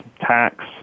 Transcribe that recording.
tax